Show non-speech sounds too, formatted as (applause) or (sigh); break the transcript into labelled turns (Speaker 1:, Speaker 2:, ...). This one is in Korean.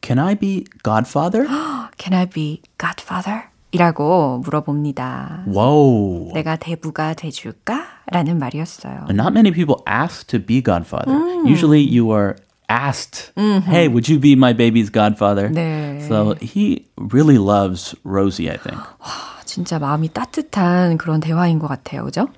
Speaker 1: Can I be godfather?
Speaker 2: (gasps) "Can I be godfather?"이라고 물어봅니다.
Speaker 1: Whoa.
Speaker 2: "내가 대부가 돼줄까?"라는 말이었어요.
Speaker 1: And not many people ask to be godfather.
Speaker 2: 음.
Speaker 1: Usually you are asked,
Speaker 2: 음흠.
Speaker 1: "Hey, would you be my baby's godfather?"
Speaker 2: 네.
Speaker 1: So he really loves Rosie, I think.
Speaker 2: (gasps) 와, 진짜 마음이 따뜻한 그런 대화인 것 같아요. 그죠?